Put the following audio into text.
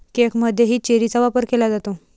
केकमध्येही चेरीचा वापर केला जातो